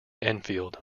enfield